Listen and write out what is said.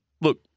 look